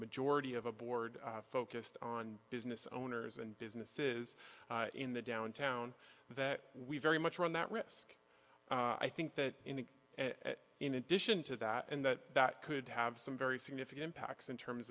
majority of a board focused on business owners and businesses in the downtown that we very much run that risk i think that in addition to that and that that could have some very significant impacts in terms